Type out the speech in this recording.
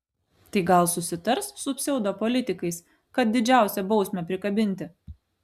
tai gal susitars su pseudopolitikais kad didžiausią bausmę prikabinti